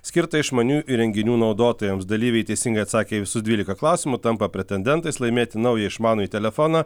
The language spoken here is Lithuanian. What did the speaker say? skirta išmaniųjų įrenginių naudotojams dalyviai teisingai atsakę į visus dvyliką klausimų tampa pretendentais laimėti naują išmanųjį telefoną